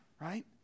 right